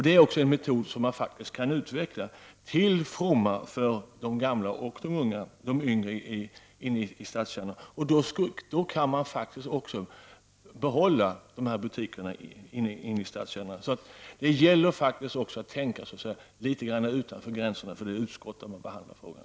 Det är en metod som man också kan utveckla till fromma för de gamla och de yngre som bor inne i stadskärnan. Då skulle dessa butiker kunna behållas. Det gäller att tänka litet grand utanför gränserna för det utskott som behandlar frågan.